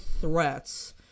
threats